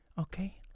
okay